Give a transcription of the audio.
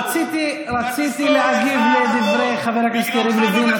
רציתי להגיב על דברי חבר הכנסת יריב לוין,